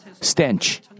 stench